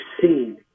seen